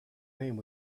name